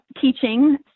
teaching